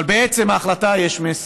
אבל בעצם ההחלטה יש מסר,